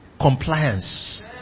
compliance